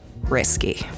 risky